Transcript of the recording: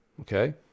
Okay